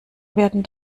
werden